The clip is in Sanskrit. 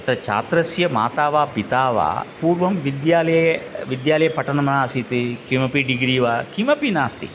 ततः छात्रस्य माता वा पिता वा पूर्वं विद्यालये विद्यालये पठनम् आसीत् किमपि डिग्रि वा किमपि नास्ति